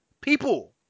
people